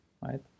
right